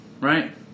right